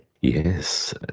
Yes